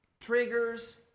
triggers